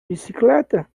bicicleta